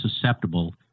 susceptible